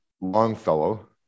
Longfellow